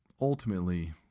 ultimately